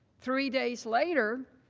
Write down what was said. three days later,